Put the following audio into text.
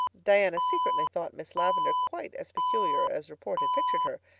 diana secretly thought miss lavendar quite as peculiar as report had pictured her.